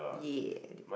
yeah